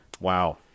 wow